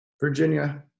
Virginia